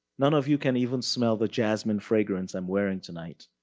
none of you can even smell the jasmine fragrance i'm wearing tonight.